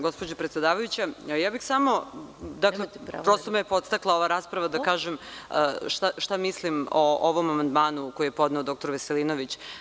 Gospođo predsedavajuća, prosto me je podstakla ova rasprava da kažem šta mislim o ovom amandmanu koji je podneo doktor Veselinović.